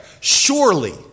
surely